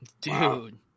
dude